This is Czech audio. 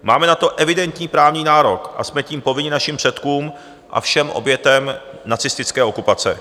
Máme na to evidentní právní nárok a jsme tím povinni našim předkům a všem obětem nacistické okupace.